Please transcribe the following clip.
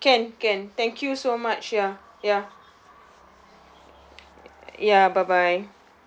can can thank you so much ya ya ya bye bye